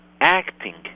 acting